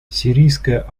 сирийская